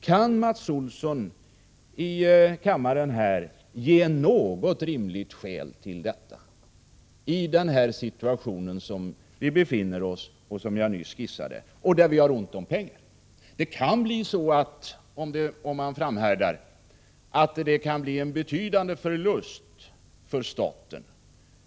Kan Mats Olsson här i kammaren ge något rimligt skäl till detta, i den lagringssituation som vi befinner oss i och som jag nyss skisserat, där vi dessutom har ont om pengar? Om vi framhärdar kan det bli en betydande förlust för staten.